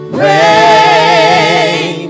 rain